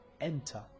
enter